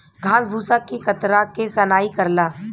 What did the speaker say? घास भूसा के कतरा के सनाई करला